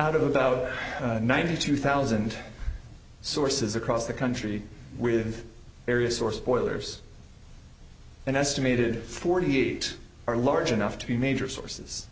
out of about ninety two thousand sources across the country with various or spoilers an estimated forty eight are large enough to be major sources